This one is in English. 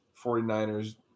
49ers